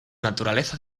naturaleza